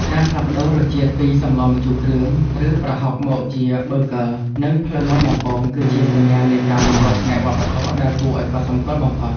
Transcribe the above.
ការផ្លាស់ប្តូររសជាតិពីសម្លម្ជូរគ្រឿង ឬប្រហុកមកជាប៊ឺហ្គ័រ និងភ្លៅមាន់បំពង គឺជាសញ្ញានៃការវិវត្តផ្នែកវប្បធម៌ដែលគួរឲ្យកត់សម្គាល់បំផុត។